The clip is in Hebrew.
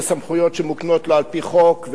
אלה סמכויות שמוקנות לו על-פי חוק,